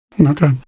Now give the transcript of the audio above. Okay